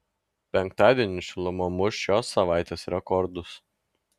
penktadienį šiluma muš šios savaitės rekordus